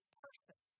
person